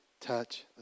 touch